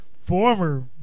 former